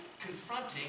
confronting